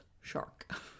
shark